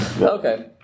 Okay